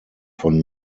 von